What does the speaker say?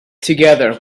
together